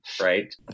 Right